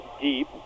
deep